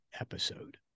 episode